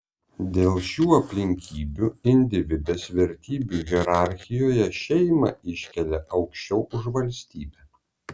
dėl šių aplinkybių individas vertybių hierarchijoje šeimą iškelia aukščiau už valstybę